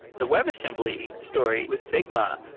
the websssembly story with figma.